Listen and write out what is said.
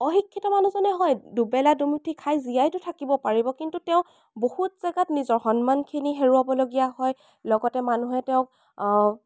অশিক্ষিত মানুহজনে হয় দুবেলা দুমুঠি খাই জীয়াইতো থাকিব পাৰিব কিন্তু তেওঁ বহুত জেগাত নিজৰ সন্মানখিনি হেৰুৱাবলগীয়া হয় লগতে মানুহে তেওঁক